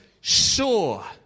sure